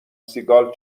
سیگال